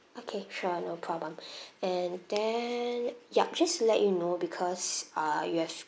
okay sure no problem and then yup just to let you know because ah you have